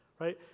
right